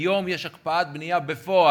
היום יש הקפאת בנייה בפועל.